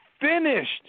finished